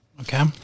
Okay